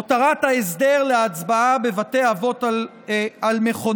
הותרת ההסדר להצבעה בבתי אבות על מכונו,